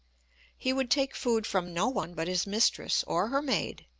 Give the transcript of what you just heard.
he would take food from no one but his mistress or her maid,